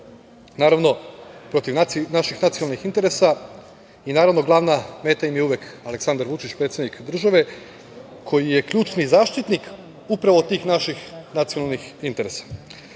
naravno protiv naših nacionalnih interesa i naravno glavna meta im je uvek Aleksandar Vučić, predsednik države, koji je ključni zaštitnik upravo tih naših nacionalnih interesa. Dakle,